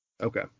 okay